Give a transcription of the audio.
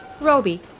Roby